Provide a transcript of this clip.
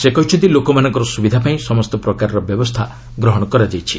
ସେ କହିଛନ୍ତି ଲୋକମାନଙ୍କର ସୁବିଧା ପାଇଁ ସମସ୍ତ ପ୍ରକାରର ବ୍ୟବସ୍ଥା ଗ୍ରହଣ କରାଯାଇଛି